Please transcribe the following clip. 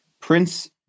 Prince